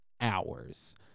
hours